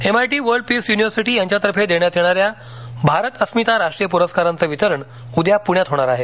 MIT world peace university यांच्या तर्फे देण्यात येणाऱ्या भारत अस्मिता राष्ट्रीय पुरस्कारांच वितरण उद्या पुण्यात होणार आहे